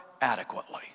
adequately